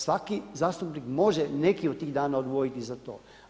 Svaki zastupnik može neki od tih dana odvojiti za to.